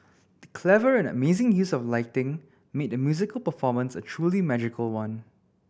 the clever and amazing use of lighting made the musical performance a truly magical one